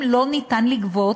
אין אפשרות לגבות,